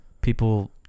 people